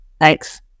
Thanks